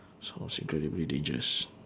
sounds incredibly dangerous